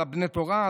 על בני התורה,